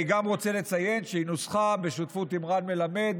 אני גם רוצה לציין שהיא נוסחה בשותפות עם רן מלמד,